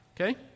okay